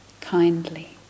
kindly